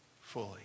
fully